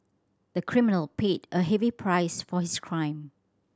the criminal paid a heavy price for his crime